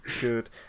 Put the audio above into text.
Good